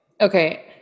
Okay